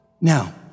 Now